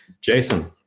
Jason